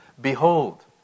Behold